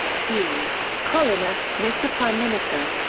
hughes, colin a, mr prime minister.